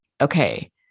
okay